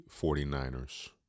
49ers